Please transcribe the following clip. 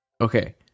Okay